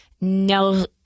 no